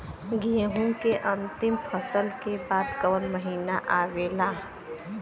गेहूँ के अंतिम फसल के बाद कवन महीना आवेला?